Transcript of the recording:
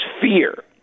fear